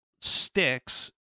sticks